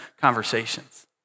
conversations